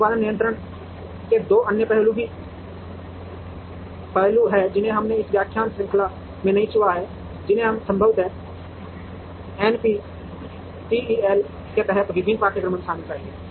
उत्पादन नियंत्रण के दो अन्य पहलू हैं जिन्हें हमने इस व्याख्यान श्रृंखला में नहीं छुआ है जिन्हें हम संभवतः एनपीटीईएल के तहत विभिन्न पाठ्यक्रमों में शामिल करेंगे